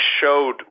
showed